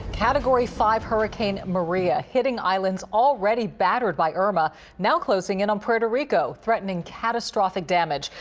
category five hurricane maria hitting islands already battered by irma now closing in on puerto rico, threatening catastrophic damage.